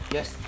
Yes